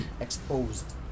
exposed